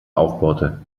aufbohrte